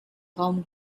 raum